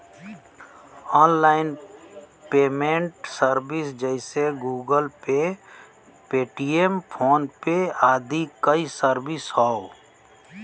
online payment service जइसे Google pay, Paytm, PhonePe आदि कई सर्विस हौ